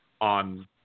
on